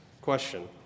question